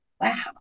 wow